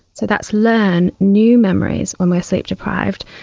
so that's learn new memories, when we are sleep deprived,